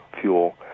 fuel